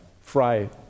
fry